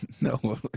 No